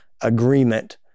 agreement